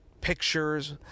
pictures